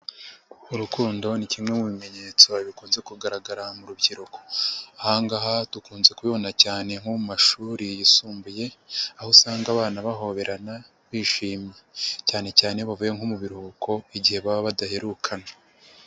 Urukundo ni kimwe mu bimenyetso bikunze kugaragara mu rubyiruko, aha ngaha dukunze kubibona cyane nko mashuri yisumbuye aho usanga abana bahoberana bishimye cyane cyane iyo bavuye nko mu biruhuko igihe baba badaherukana.